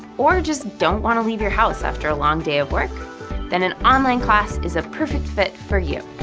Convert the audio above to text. or just don't want to leave your house after a long day of work then an online class is a perfect fit for you!